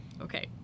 Okay